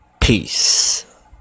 Peace